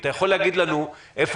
אתה יכול להגיד לנו האם